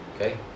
Okay